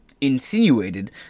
insinuated